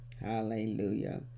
Hallelujah